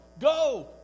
Go